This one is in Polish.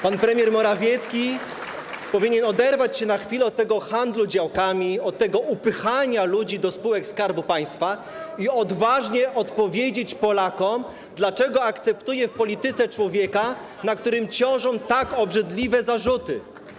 Pan premier Morawiecki powinien oderwać się na chwilę od handlu działkami, od upychania ludzi do spółek Skarbu Państwa i odważnie odpowiedzieć Polakom, dlaczego akceptuje w polityce człowieka, na którym ciążą tak obrzydliwe zarzuty.